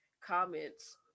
comments